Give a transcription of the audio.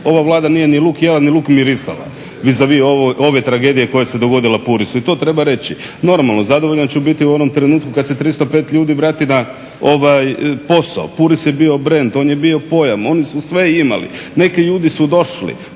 Ova Vlada nije ni luk jela ni luk mirisala, vis a vis ove tragedije koja se dogodila Purisu i to treba reći. Normalno, zadovoljan ću biti u onom trenutku kada se 305 ljudi vrati na posao. Puris je bio brend, on je bio pojam, oni su sve imali. Neki ljudi su došli